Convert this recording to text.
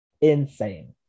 insane